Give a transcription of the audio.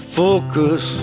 focus